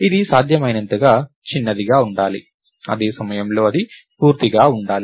ఇది సాధ్యమైనంత చిన్నదిగా ఉండాలి అదే సమయంలో అది పూర్తిగా ఉండాలి